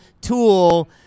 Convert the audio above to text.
Tool